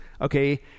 okay